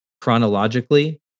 chronologically